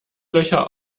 löcher